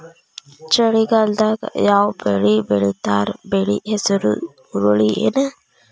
ಚಳಿಗಾಲದಾಗ್ ಯಾವ್ ಬೆಳಿ ಬೆಳಿತಾರ, ಬೆಳಿ ಹೆಸರು ಹುರುಳಿ ಏನ್?